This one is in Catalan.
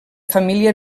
família